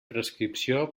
prescripció